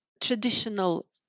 traditional